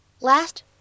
Last